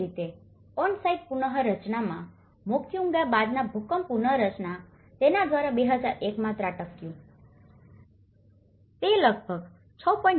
એ જ રીતે on site પુનઃરચનામાં મોક્યુંગુઆ બાદના ભૂકંપ પુનઃરચના અહીં તેના દ્વારા 2001 માં ત્રાટક્યું છે તે લગભગ 6